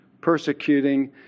persecuting